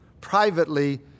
privately